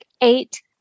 eight